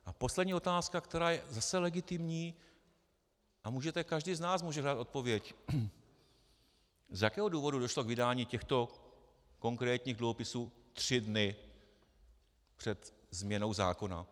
A poslední otázka, která je zase legitimní, a každý z nás může dát odpověď: Z jakého důvodu došlo k vydání těchto konkrétních dluhopisů tři dny před změnou zákona?